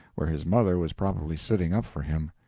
where his mother was probably sitting up for him.